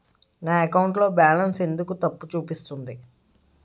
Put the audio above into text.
నా అకౌంట్ లో బాలన్స్ ఎందుకు తప్పు చూపిస్తుంది?